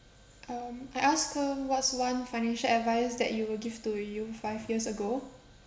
um I asked her what's one financial advice that you would give to you five years ago